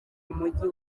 mujyi